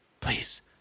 Please